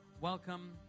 Welcome